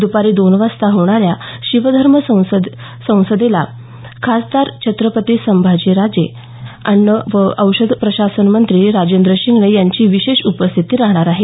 द्पारी दोन वाजता होणाऱ्या शिवधर्म संसदेला खासदार छत्रपती संभाजीराजे अन्न व औषध प्रशासनमंत्री राजेंद्र शिंगणे यांची विशेष उपस्थिती राहणार आहे